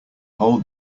hold